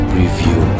review